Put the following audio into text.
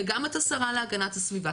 וגם את השרה להגנת הסביבה,